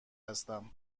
هستم